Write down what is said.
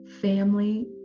family